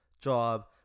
job